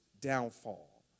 downfall